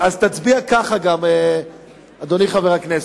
אז גם תצביע ככה, אדוני חבר הכנסת.